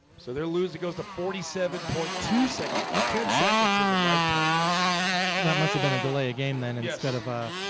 so they lose it goes to forty seven point two seconds ten seconds is a lifetime there that must have been a delay a game then and yeah instead of a